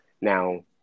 Now